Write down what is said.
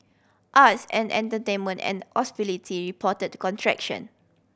arts and entertainment and hospitality reported to contraction